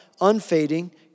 unfading